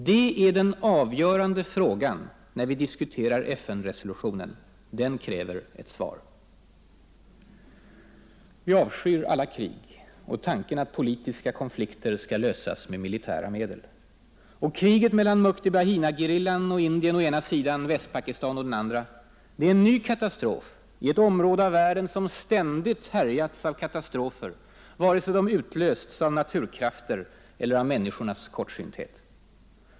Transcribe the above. Det är den avgörande frågan när vi diskuterar FN-resolutionen. Den frågan kräver ett svar. Vi avskyr alla krig och tanken att politiska konflikter skall lösas med militära medel. Och kriget mellan Mukti-Bahini-gerillan och Indien å ena sidan, Västpakistan å den andra är en ny katastrof i ett område av världen som ständigt härjats av katastrofer vare sig de utlösts av naturkrafter eller av människors kortsynthet.